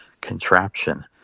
contraption